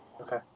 Okay